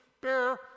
bear